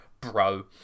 Bro